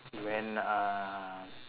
when uh